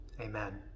amen